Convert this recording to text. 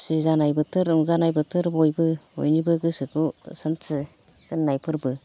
खुसि जानाय बोथोर रंजानाय बोथोर बयबो बयनिबो गोसोखौ सान्थि दोननाय फोरबो